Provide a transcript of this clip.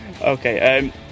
Okay